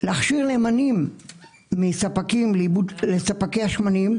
להכשיר נאמנים לספקי השמנים,